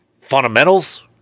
fundamentals